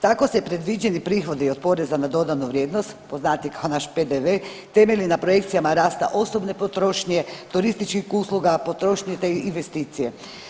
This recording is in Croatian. Tako se predviđeni prihodi od poreza na dodanu vrijednost poznatiji kao naš PDV temelji na projekcijama rasta osobne potrošnje, turističkih usluga, potrošnje te investicije.